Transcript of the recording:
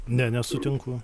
ne nesutinku